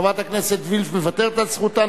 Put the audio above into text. חברת הכנסת וילף מוותרת על זכותה.